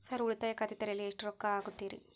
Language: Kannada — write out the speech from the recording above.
ಸರ್ ಉಳಿತಾಯ ಖಾತೆ ತೆರೆಯಲು ಎಷ್ಟು ರೊಕ್ಕಾ ಆಗುತ್ತೇರಿ?